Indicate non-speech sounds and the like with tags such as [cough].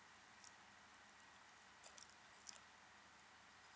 [noise]